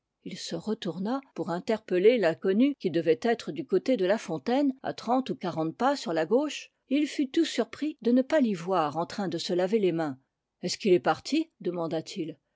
il se retourna pour interpeller l'inconnu qui devait être du côté de la fontaine à trente ou quarante pas sur la gauche et il fut tout surpris de ne pas l'y voir en train de se laver les mains est-ce qu'il est parti demanda-t-il